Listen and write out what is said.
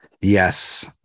Yes